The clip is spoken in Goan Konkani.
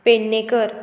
पेडणेकर